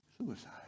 suicide